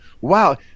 Wow